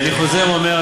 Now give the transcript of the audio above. אני חוזר ואומר,